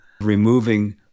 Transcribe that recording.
removing